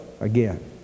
again